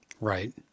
right